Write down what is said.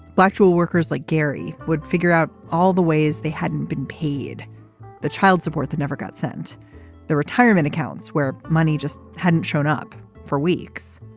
but actual workers like gary would figure out all the ways they hadn't been paid the child support that never got sent their retirement accounts where money just hadn't shown up for weeks.